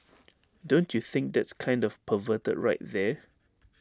don't you think that's kind of perverted right there